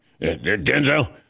Denzel